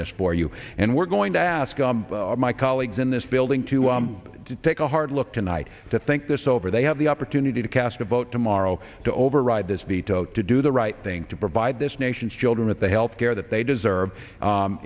this for you and we're going to ask my colleagues in this building to take a hard look tonight to think this over they have the opportunity to cast a vote tomorrow to override this veto to do the right thing to provide this nation's children with the health care that they deserve